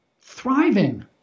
thriving